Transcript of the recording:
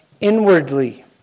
inwardly